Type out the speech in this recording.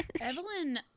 Evelyn